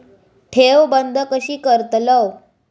ठेव बंद कशी करतलव?